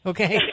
Okay